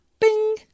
Bing